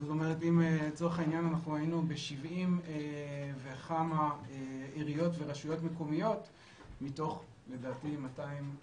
אם לצורך העניין היינו ב-70 וכמה עיריות ורשויות מקומיות מתוך כ-270,